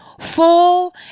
full